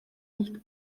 nicht